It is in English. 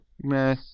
Meh